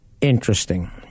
interesting